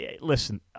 listen—